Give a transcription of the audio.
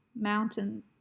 mountain